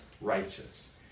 righteous